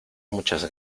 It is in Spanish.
muchas